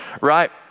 right